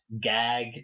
gag